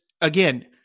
again